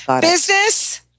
Business